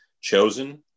chosen